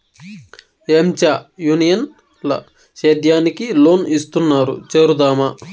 ఏంచా యూనియన్ ల సేద్యానికి లోన్ ఇస్తున్నారు చేరుదామా